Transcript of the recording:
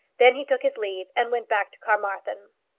then he took his leave and went back to carmarthen.